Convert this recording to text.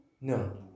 No